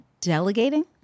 delegating